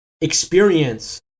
experience